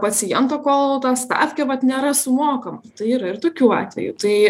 paciento kol ta stafkė vat nėra sumokama tai yra ir tokių atvejų tai